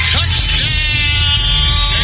Touchdown